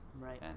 right